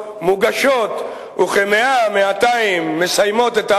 מוגשות וכ-100 או 200 מסיימות את ההליך,